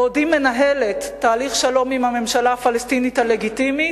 בעודי מנהלת תהליך שלום עם הממשלה הפלסטינית הלגיטימית